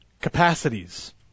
capacities